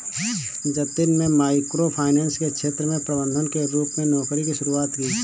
जतिन में micro finance के क्षेत्र में प्रबंधक के रूप में नौकरी की शुरुआत की